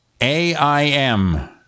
AIM